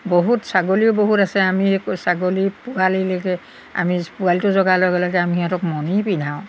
বহুত ছাগলীও বহুত আছে আমি ছাগলী পোৱালিলৈকে আমি পোৱালিটো যোগাৰ লগে লগে আমি সিহঁতক মণি পিন্ধাওঁ